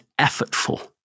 effortful